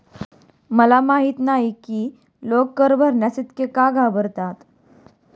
मला माहित नाही की लोक कर भरण्यास इतके का घाबरतात